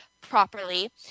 properly